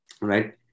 Right